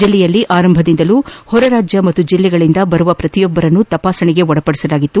ಜಲ್ಲೆಯಲ್ಲಿ ಆರಂಭದಿಂದಲೂ ಹೊರ ರಾಜ್ಯ ಹಾಗೂ ಜಲ್ಲೆಗಳಂದ ಬರುವ ಪ್ರತಿಯೊಬ್ಬರನ್ನೂ ತಪಾಸಣೆಗೆ ಒಳಪಡಿಸಲಾಗಿತ್ತು